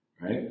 right